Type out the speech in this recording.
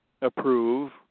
approve